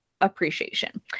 appreciation